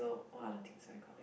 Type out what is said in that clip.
so !wah! the things I got like